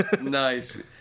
Nice